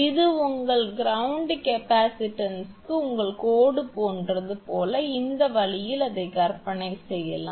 இது உங்கள் கிரவுண்ட் கெப்பாசிட்டன்ஸ்க்கு உங்கள் கோடு போன்றது போல இந்த வழியில் அதை கற்பனை செய்யலாம்